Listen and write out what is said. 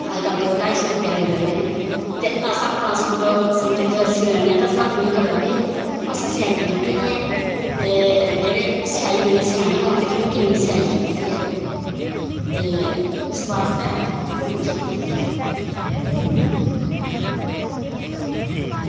अज्जकल दो ढाई सौ रपेआ लेई लैंदे न ते अस अपना सूट समझो सी लैन्ने आं ते सानूं इ'यां लगदा भाई असें सेआई ते दित्ती निं ऐ ते जेह्ड़े सेआई देइयै सेआने होन ते फिर ओह् किन्नी सेआई चुभदी ऐ ते इस बास्तै